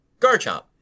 Garchomp